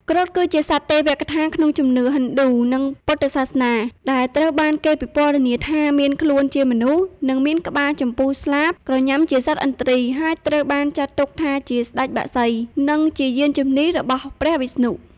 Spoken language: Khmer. គ្រុឌ គឺជាសត្វទេវកថាក្នុងជំនឿហិណ្ឌូ និងពុទ្ធសាសនា ដែលត្រូវបានគេពិពណ៌នាថាមានខ្លួនជាមនុស្ស និងមានក្បាល ចំពុះ ស្លាប ក្រញាំជាសត្វឥន្ទ្រី ហើយត្រូវបានចាត់ទុកថា ជាស្តេចបក្សី និងជាយានជំនិះរបស់ព្រះវិស្ណុ។